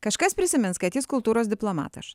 kažkas prisimins kad jis kultūros diplomatas